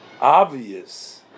obvious